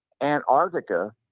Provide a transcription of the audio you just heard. Antarctica